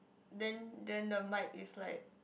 then then the mic is like